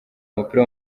umupira